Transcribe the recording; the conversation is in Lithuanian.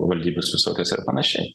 valdybos visokios ir panašiai